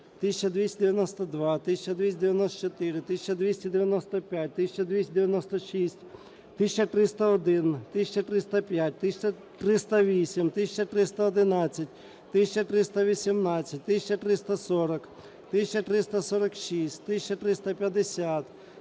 1292, 1294, 1295, 1296, 1301, 1305, 1308, 1311, 1318, 1340, 1346, 1350,